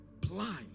blind